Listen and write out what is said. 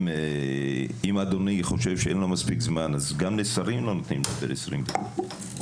אם אדוני חושב שאין לו מספיק זמן אז גם לשרים לא נותנים 20 דקות לדבר.